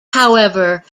however